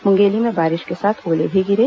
मुंगेली में बारिश के साथ ओले भी गिरे